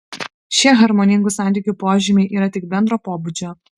šie harmoningų santykių požymiai yra tik bendro pobūdžio